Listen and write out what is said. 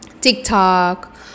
TikTok